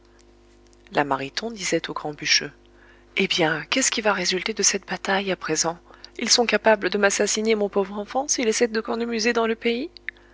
la mariton disait au grand bûcheux eh bien qu'est-ce qui va résulter de cette bataille à présent ils sont capables de m'assassiner mon pauvre enfant s'il essaye de cornemuser dans le pays